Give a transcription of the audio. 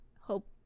Hope